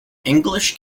english